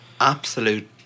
absolute